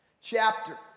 chapter